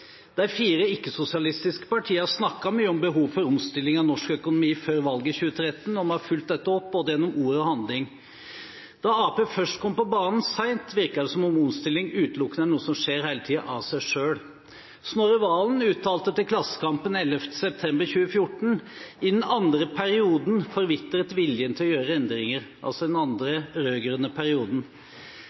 De fire ikke-sosialistiske partiene snakket mye om behovet for omstilling i norsk økonomi før valget i 2013, og vi har fulgt dette opp gjennom både ord og handling. Da Arbeiderpartiet først kom sent på banen, virket det som om omstilling utelukkende er noe som skjer av seg selv hele tiden. Snorre Serigstad Valen uttalte til Klassekampen 11. september 2014 at «i den andre perioden forvitret viljen til å gjøre endringer». Dette var altså i den andre rød-grønne perioden.